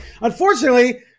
Unfortunately